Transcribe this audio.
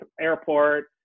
Airport